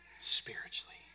spiritually